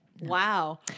Wow